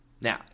Now